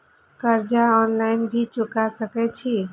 कर्जा ऑनलाइन भी चुका सके छी?